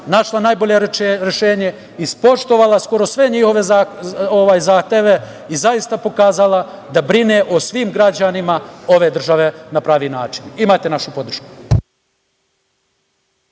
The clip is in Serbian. našla najbolje rešenje, ispoštovala skoro sve njihove zahteve i zaista pokazala da brine o svim građanima ove države na pravi način, imate našu podršku.